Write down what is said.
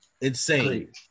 insane